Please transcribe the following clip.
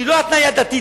שהיא לא התניה דתית,